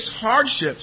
hardships